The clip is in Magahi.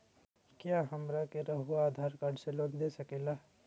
क्या हमरा के रहुआ आधार कार्ड से लोन दे सकेला?